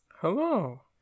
Hello